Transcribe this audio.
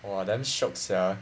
!wah! damn shiok sia